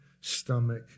stomach